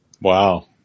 Wow